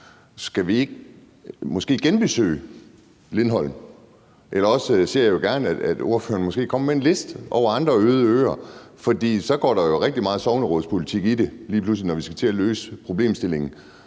Skal vi ikke måske genbesøge Lindholm? Ellers ser jeg jo gerne, at ordføreren måske kommer med en liste over andre øde øer, for så går der jo rigtig meget sognerådspolitik i det lige pludselig, når vi skal til at løse problemstillingen,